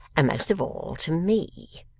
and most of all, to me.